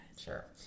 Sure